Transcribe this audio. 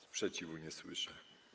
Sprzeciwu nie słyszę.